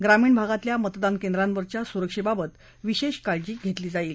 ग्रामीण भागातल्या मतदान केंद्रावरच्या सुरक्षेबाबत विशेष काळजी घेतील जाईल